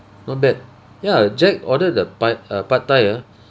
not bad ya jack ordered the pai~ uh pad thai ah